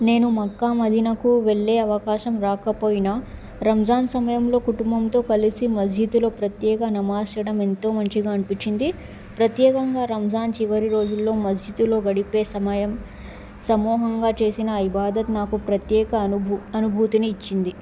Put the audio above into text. నేను మక్కా మదీనకు వెళ్ళే అవకాశం రాకపోయినా రంజాన్ సమయంలో కుటుంబంతో కలిసి మస్జీదులో ప్రత్యేక నమాజ్ చెయ్యచడం ఎంతో మంచిగా అనిపించింది ప్రత్యేకంగా రంజాన్ చివరి రోజుల్లో మస్జీదులో గడిపే సమయం సమూహంగా చేసిన ఇబాదత్ నాకు ప్రత్యేక అనుభూ అనుభూతిని ఇచ్చింది